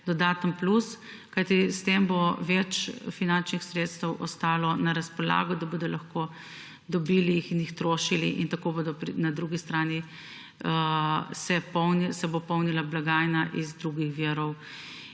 dodaten plus, kajti s tem bo več finančnih sredstev ostalo na razpolago, da jih bodo lahko dobili in jih trošili in tako se bo na drugi strani polnila blagajna iz drugih virov.